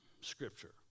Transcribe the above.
Scripture